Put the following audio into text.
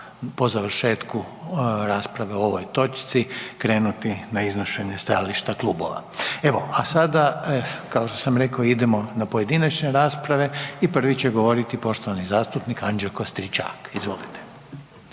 po završetku rasprave o ovoj točci krenuti na iznošenje stajališta klubova. Evo, a sada kao što sam rekao idemo na pojedinačne rasprave i prvi će govoriti poštovani zastupnik Anđelo Stričak. Izvolite.